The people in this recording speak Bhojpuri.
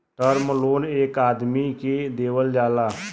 टर्म लोन एक आदमी के देवल जाला